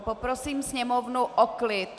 Poprosím sněmovnu o klid.